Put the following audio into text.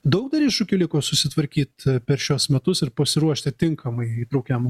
daug dar iššūkių liko susitvarkyt per šiuos metus ir pasiruošti tinkamai įtraukiam